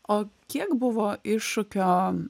o kiek buvo iššūkio